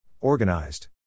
Organized